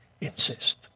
insist